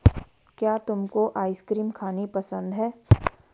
क्या तुमको आइसक्रीम खानी पसंद है?